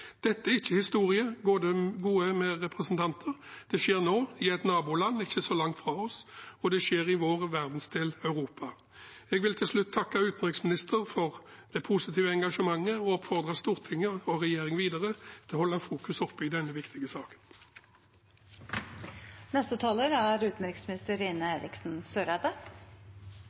Dette er ikke historie, gode medrepresentanter, det skjer nå, i et naboland ikke langt fra oss, og det skjer i vår verdensdel, Europa. Jeg vil til slutt takke utenriksministeren for det positive engasjementet og oppfordrer Stortinget og regjeringen videre til å holde fokuset oppe i denne viktige saken. Jeg vil aller først bare knytte en kort kommentar til uttalelsene fra representanten Tybring-Gjedde. Han er